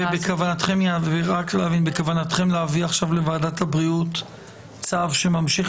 בכוונתכם להביא לוועדת הבריאות צו שממשיך